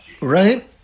Right